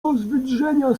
rozwydrzenia